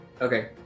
Okay